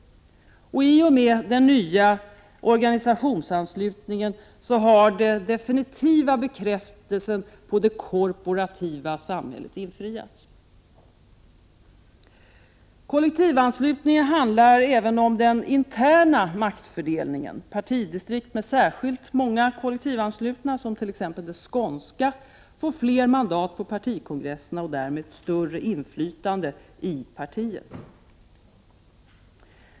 I och med den nya organisationsanslutningen har den definitiva bekräftelsen på det korporativa samhället infriats. Kollektivanslutningen handlar även om den interna maktfördelningen. Partidistrikt med särskilt många kollektivanslutna, som det skånska, får fler mandat på partikongresserna och därmed ett större inflytande i partiet.